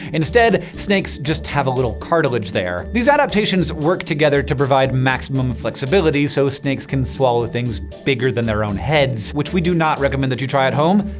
instead, snakes just have a little cartilage there. these adaptations work together to provide maximum flexibility, so snakes can swallow things bigger than their own heads. which we do not recommend that you try at home.